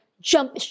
jump